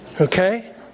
Okay